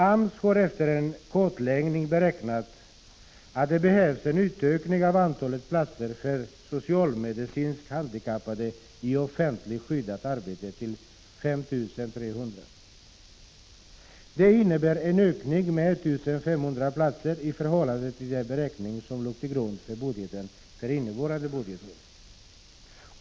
AMS har efter kartläggning beräknat att det behövs en utökning av antalet platser för socialmedicinskt handikappade i offentligt skyddat arbete till 5 300. Det innebär en utökning med 1 500 platser i förhållande till den beräkning som låg till grund för budgeten för innevarande budgetår.